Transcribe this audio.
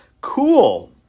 Cool